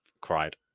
cried